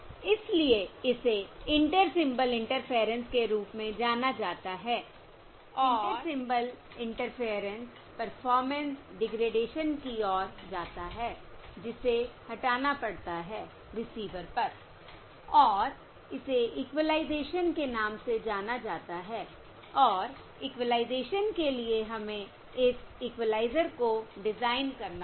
इसलिए इसे inter symbol interference के रूप में जाना जाता है और inter symbol interference performance degradation की ओर जाता है जिसे हटाना पड़ता है रिसीवर पर और इसे इक्वलाइजेशन के नाम से जाना जाता है और इक्वलाइजेशन के लिए हमें इस इक्वलाइजर को डिजाइन करना होगा